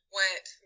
went